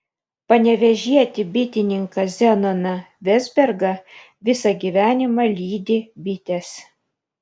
panevėžietį bitininką zenoną vezbergą visą gyvenimą lydi bitės